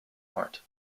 art